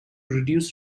reduce